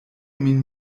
min